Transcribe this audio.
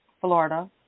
Florida